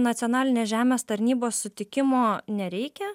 nacionalinės žemės tarnybos sutikimo nereikia